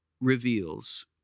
reveals